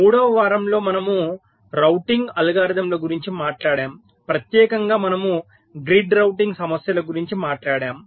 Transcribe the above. మూడవ వారంలో మనము రౌటింగ్ అల్గోరిథంల గురించి మాట్లాడాము ప్రత్యేకంగా మనము గ్రిడ్ రౌటింగ్ సమస్యల గురించి మాట్లాడాము